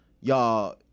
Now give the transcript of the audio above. Y'all